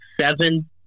seven